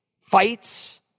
fights